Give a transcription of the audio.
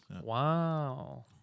Wow